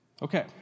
Okay